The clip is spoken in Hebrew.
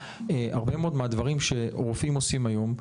הרבה מאוד מהדברים שרופאים עושים היום,